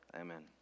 amen